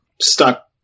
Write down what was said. stuck